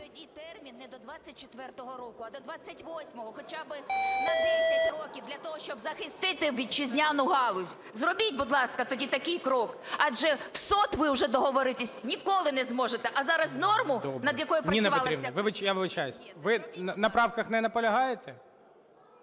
тоді термін не до 24 року, а до 28-го, хоча би на 10 років, для того, щоб захистити вітчизняну галузь. Зробіть, будь ласка, тоді такий крок. Адже в СОТ ви вже договоритись ніколи не зможете, а зараз норму, над якою працювала вся… ГОЛОВУЮЧИЙ. Ніна Петрівна, я вибачаюсь, ви на правках не наполягаєте?